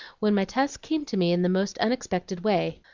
when my task came to me in the most unexpected way.